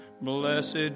Blessed